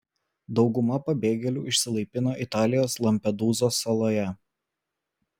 dauguma pabėgėlių išsilaipino italijos lampedūzos saloje